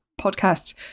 podcasts